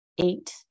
eight